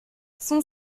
son